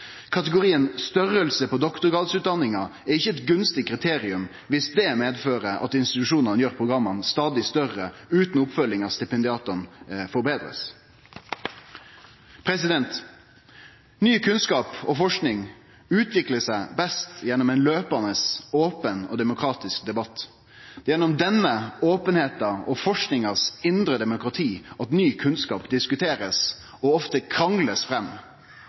Kategorien «storleik på doktorgradsutdanninga» er ikkje eit gunstig kriterium dersom det medfører at institusjonane gjer programma stadig større utan at oppfølginga av stipendiatane blir forbetra. Ny kunnskap og forsking utviklar seg best gjennom ein løpande, open og demokratisk debatt. Det er gjennom denne openheita og forskingas indre demokrati at ny kunnskap blir diskutert og ofte blir krangla fram.